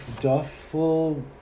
Duffel